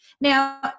Now